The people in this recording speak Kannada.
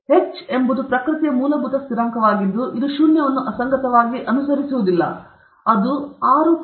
ಆದ್ದರಿಂದ h ಎಂಬುದು ಪ್ರಕೃತಿಯ ಮೂಲಭೂತ ಸ್ಥಿರಾಂಕವಾಗಿದೆ ಇದು ಶೂನ್ಯವನ್ನು ಅಸಂಗತವಾಗಿ ಅನುಸರಿಸುವುದಿಲ್ಲ ಅದು 6